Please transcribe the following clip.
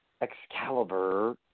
Excalibur